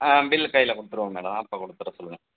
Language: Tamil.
பில்லு கையில் கொடுத்துருவோம் மேடம் அப்போ கொடுத்தற சொல்லுங்கள்